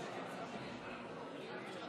שדיבר פה על